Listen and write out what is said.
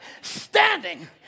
standing